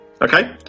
Okay